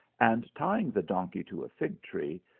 and tying the donkey to a fig-tree,